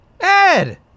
Ed